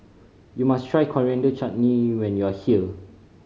you must try Coriander Chutney when you are here